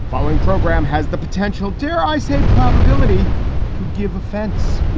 farming program has the potential, dare i say, probability to give offense